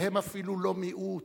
והם אפילו לא מיעוט.